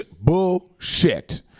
Bullshit